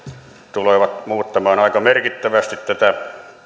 tulevat muuttamaan aika merkittävästi tätä